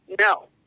no